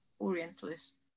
Orientalist